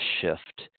shift